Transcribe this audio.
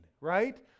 right